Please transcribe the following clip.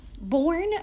born